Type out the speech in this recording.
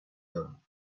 دارم